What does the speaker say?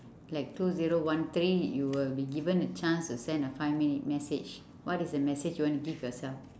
like two zero one three you will be given a chance to send a five minute message what is the message you want to give yourself